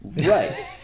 Right